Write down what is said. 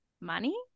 Money